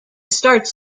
starts